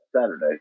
Saturday